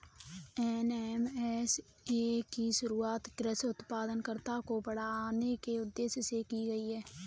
NMSA की शुरुआत कृषि उत्पादकता को बढ़ाने के उदेश्य से की गई थी